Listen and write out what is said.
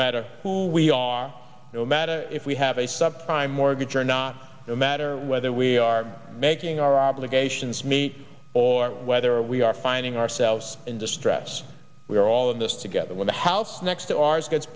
matter who we are no matter if we have a sub prime mortgage or not no matter whether we are making our obligations meet or whether we are finding ourselves in distress we are all in this together when the house next to ours gets